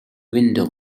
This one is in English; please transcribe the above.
window